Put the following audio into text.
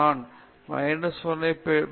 நான் மைனஸ் 1 ஐ வைத்துள்ளேன்